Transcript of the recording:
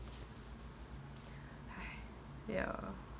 ya